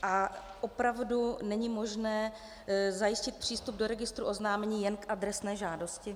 A opravdu není možné zajistit přístup do registru oznámení jen k adresné žádosti?